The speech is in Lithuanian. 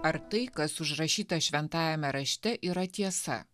ar tai kas užrašyta šventajame rašte yra tiesa